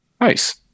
Nice